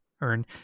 earn